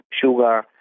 sugar